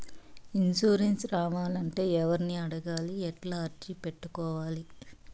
Insurance రావాలంటే ఎవర్ని అడగాలి? ఎట్లా అర్జీ పెట్టుకోవాలి?